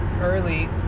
early